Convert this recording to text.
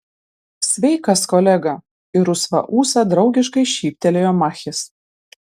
sveikas kolega į rusvą ūsą draugiškai šyptelėjo machis